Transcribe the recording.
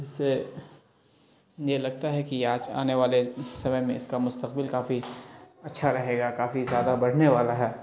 اس سے یہ لگتا ہے کہ آج آنے والے سمے میں اس کا مستقبل کافی اچھا رہے گا کافی زیادہ بڑھنے والا ہے